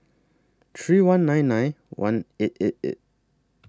three one nine nine one eight eight eight